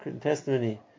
testimony